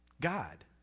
God